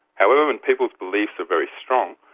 however, when people's beliefs are very strong,